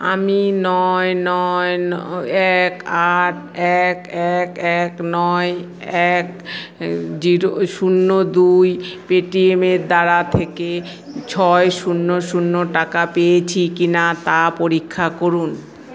আমি নয় নয় এক আট এক এক এক নয় এক শূন্য দুই পে টি এম এর দ্বারা থেকে ছয় শূন্য শূন্য টাকা পেয়েছি কি না তা পরীক্ষা করুন